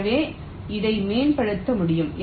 எனவே அதை மேம்படுத்த முடியும்